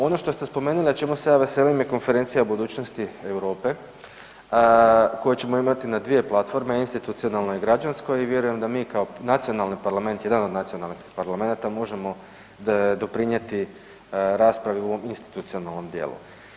Ono što ste spomenuli, a čemu se ja veselim je Konferencija o budućnosti Europe koju ćemo imati na dvije platforme, institucionalnoj i građanskoj i vjerujem da mi kao nacionalni Parlament, jedan od nacionalnih parlamenata možemo doprinijeti raspravi u ovom institucionalnom dijelu.